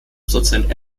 prozent